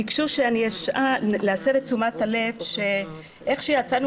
ביקשו להסב את תשומת הלב שאיך שיצאנו